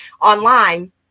online